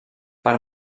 per